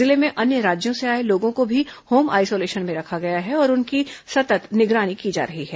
जिले में अन्य राज्यों से आए लोगों को भी होम आईसोलेशन में रखा गया है और उनकी सतत् निगरानी की जा रही है